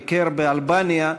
ביקר באלבניה,